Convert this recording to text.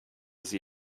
sie